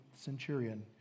centurion